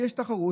יש תחרות,